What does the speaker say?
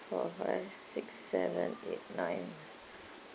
four five six seven eight nine